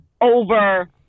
over